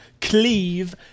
Cleave